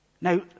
Now